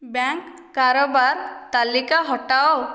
bank କାରବାର ତାଲିକା ହଟାଅ